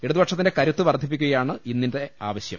ഇടതുപക്ഷത്തിന്റെ കരുത്ത് വർദ്ധിപ്പിക്കുകയാണ് ഇന്നത്തെ ആവശ്യം